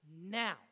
now